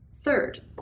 Third